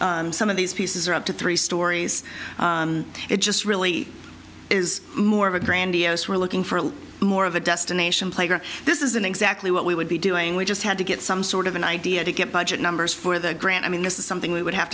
stories some of these pieces are up to three stories it just really is more of a grandiose we're looking for more of a destination playground this isn't exactly what we would be doing we just had to get some sort of an idea to get budget numbers for the grant i mean this is something we would have